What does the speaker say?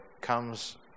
comes